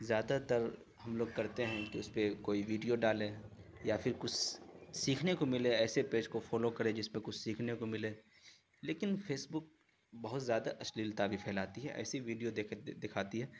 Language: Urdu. زیادہ تر ہم لوگ کرتے ہیں کہ اس پہ کوئی ویڈیو ڈالے یا پھر کچھ سیکھنے کو ملے ایسے پیج کو فالو کرے جس پہ کچھ سیکھنے کو ملے لیکن فیسبک بہت زیادہ اشلیلتا بھی فیلاتی ہے ایسی ویڈیو دکھاتی ہے